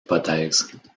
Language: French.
hypothèse